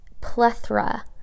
plethora